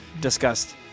discussed